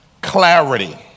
clarity